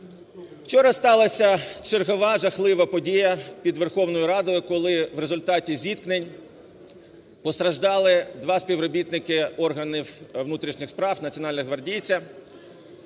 Вчора сталася чергова жахлива подія під Верховною Радою, коли в результаті зіткнень постраждали два співробітника органів внутрішніх справ, національного гвардійця.